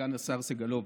סגן השר סגלוביץ',